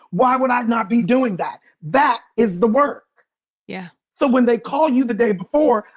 why would i not be doing that? that is the work yeah so when they call you the day before,